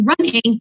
running